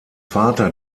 vater